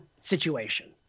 situation